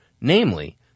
namely